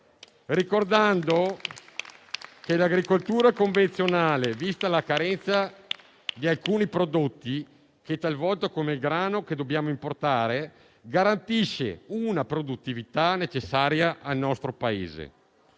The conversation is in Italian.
Ricordo che l'agricoltura convenzionale, vista la carenza di alcuni prodotti, come il grano, che talvolta dobbiamo importare, garantisce una produttività necessaria al nostro Paese.